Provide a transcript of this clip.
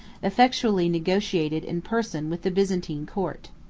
effectually negotiated in person with the byzantine court.